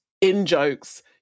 in-jokes